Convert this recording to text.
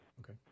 Okay